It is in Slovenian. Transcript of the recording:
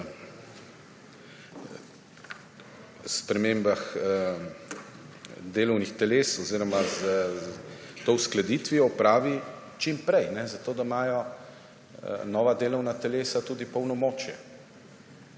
spremembah delovnih teles oziroma s to uskladitvijo opravi čim prej, da imajo nova delovna telesa tudi polnomočje.